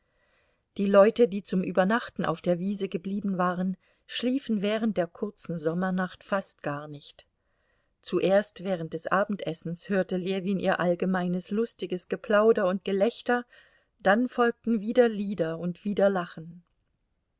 die leute die zum übernachten auf der wiese geblieben waren schliefen während der kurzen sommernacht fast gar nicht zuerst während des abendessens hörte ljewin ihr allgemeines lustiges geplauder und gelächter dann folgten wie der lieder und wieder lachen